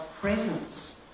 presence